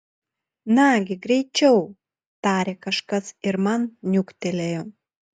nagi greičiau tarė kažkas ir man niuktelėjo